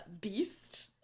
beast